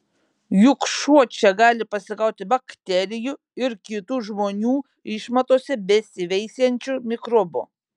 juk šuo čia gali pasigauti bakterijų ir kitų žmonių išmatose besiveisiančių mikrobų